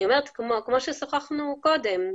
כמו ששוחחנו קודם,